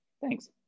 Thanks